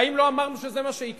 האם לא אמרנו שזה מה שיקרה?